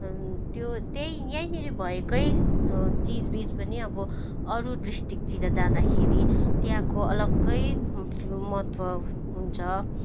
त्यो त्यही यहाँनेर भएको चिजबिज पनि अब अरू डिस्ट्रिक्टतिर जाँदाखेरि त्यहाँको अलग्ग महत्त्व हुन्छ